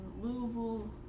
Louisville